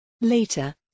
Later